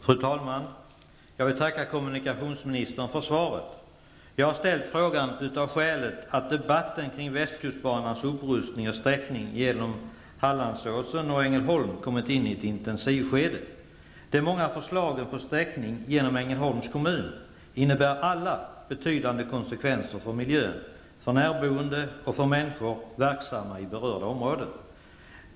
Fru talman! Jag vill tacka kommunikationsministern för svaret. Jag ställde frågan eftersom debatten om Hallandsåsen och Ängelholm har kommit in i ett intensivskede. De många förslagen på sträckning genom Ängelholms kommun medför alla betydande konsekvenser för miljön, närboende och människor verksamma i de berörda områdena.